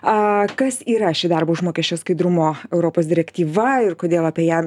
aaa kas yra ši darbo užmokesčio skaidrumo europos direktyva ir kodėl apie ją